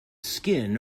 skin